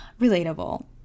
Relatable